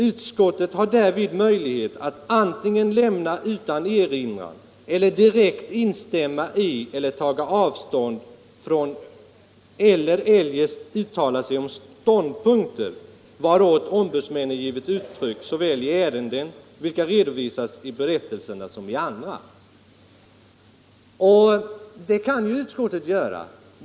Utskottet har därvid möjlighet att antingen lämna utan erinran eller direkt instämma i eller taga avstånd från eller eljest uttala sig om ståndpunkter, varåt ombudsmännen givit uttryck såväl i ärenden, vilka redovisats i berättelserna, som i andra.” Detta skall alltså utskottet göra.